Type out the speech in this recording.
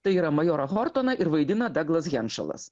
tai yra majorą hortoną ir vaidina daglas henšalas